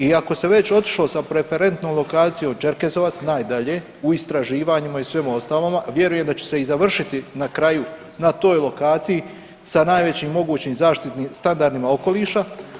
I ako se već otišlo sa preferentnom lokacijom Čerkezovac najdalje u istraživanjima i svemu ostalom, vjerujem da će se i završiti na kraju na toj lokaciji sa najvećim mogućim zaštitnim standardima okoliša.